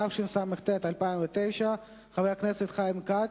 התשס"ט 2009. חבר הכנסת חיים כץ.